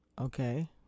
okay